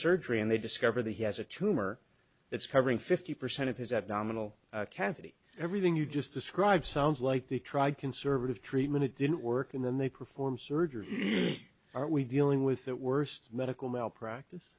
surgery and they discover the he has a tumor that's covering fifty percent of his abdominal cavity everything you just described sounds like they tried conservative treatment it didn't work and then they perform surgery are we dealing with that worst medical malpracti